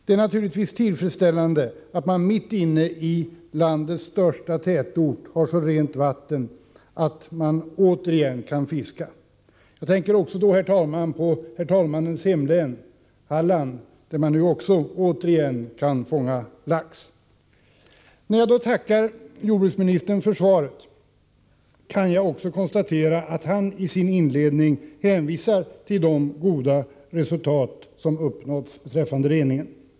Det är naturligtvis tillfredsställande att man mitt inne i landets största tätort har så rent vatten att man återigen kan fiska där. Jag tänker också på herr talmannens hemlän, Halland, där man återigen kan fånga lax. När jag tackar jordbruksministern för svaret kan jag också konstatera att hani sin inledning hänvisar till de goda resultat som har uppnåtts beträffande reningen.